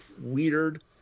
weird